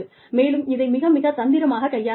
மேலும் இதை மிக மிக தந்திரமாகக் கையாள வேண்டும்